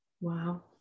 wow